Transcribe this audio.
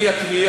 אני אקריא,